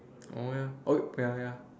ah ya oh ya ya